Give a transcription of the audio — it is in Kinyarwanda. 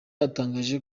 yatangaje